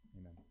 Amen